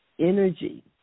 energy